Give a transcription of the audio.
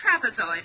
trapezoid